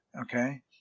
okay